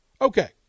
Okay